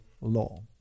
law